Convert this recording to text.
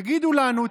תגידו לנו,